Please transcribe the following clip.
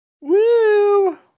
Woo